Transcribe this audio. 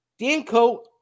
Danco